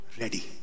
ready